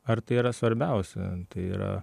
ar tai yra svarbiausia tai yra